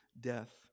death